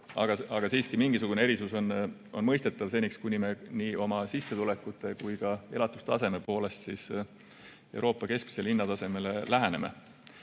Aga siiski mingisugune erinevus on mõistetav, seniks kuni me nii oma sissetulekute kui ka elatustaseme poolest euroala keskmisele hinnatasemele läheneme.